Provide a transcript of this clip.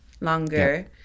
longer